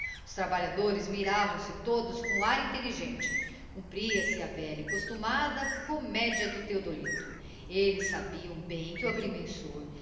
os trabalhadores miravam se todos com ar intelhgente gumpria se a velha e costumada comedia do theodolito elles sabiam bem que o agrimensor